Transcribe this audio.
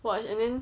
watch and then